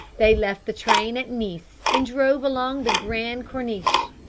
they left the train at nice and drove along the grande corniche.